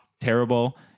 terrible